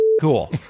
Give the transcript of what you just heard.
cool